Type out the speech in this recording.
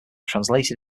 translated